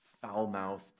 foul-mouthed